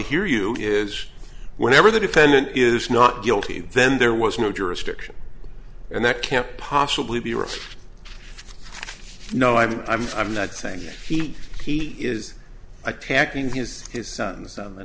hear you is whenever the defendant is not guilty then there was no jurisdiction and that can't possibly be a risk no i mean i'm not saying he he is attacking his his son's on the